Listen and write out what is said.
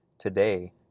Today